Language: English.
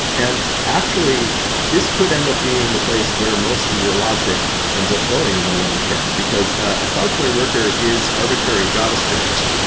and actually, this could end up being the place where most of your logic ends up going in the long term, because a cloudflare worker is arbitrary javascript.